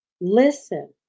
Listen